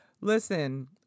listen